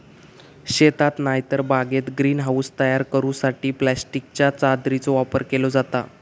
शेतात नायतर बागेत ग्रीन हाऊस तयार करूसाठी प्लास्टिकच्या चादरीचो वापर केलो जाता